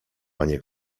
panie